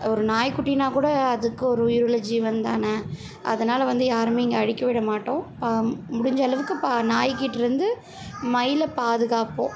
ஒரு நாய்குட்டினா கூட அதுக்கும் ஒரு உயிர் உள்ள ஜீவன்தானே அதனால் வந்து யாருமே இங்கே அடிக்கவிடமாட்டோம் முடிஞ்ச அளவுக்கு நாய்க்கிட்டே இருந்து மயிலை பாதுகாப்போம்